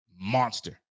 monster